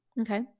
Okay